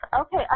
Okay